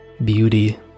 beauty